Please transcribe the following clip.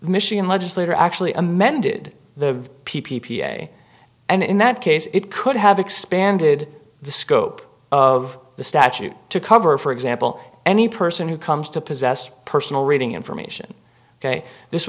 michigan legislature actually amended the p p p and in that case it could have expanded the scope of the statute to cover for example any person who comes to possess a personal rating information ok this